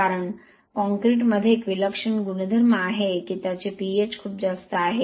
कारण कॉंक्रिटमध्ये एक विलक्षण गुणधर्म आहे की त्याचे पीएच खूप जास्त आहे